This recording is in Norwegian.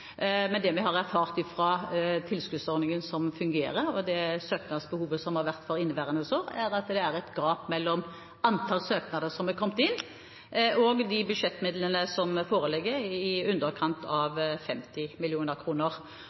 Men det vi har erfart fra tilskuddsordningen som fungerer, og det søknadsbehovet som har vært for inneværende år, er at det er et gap mellom antall søknader som er kommet inn, og de budsjettmidlene som foreligger, i underkant av 50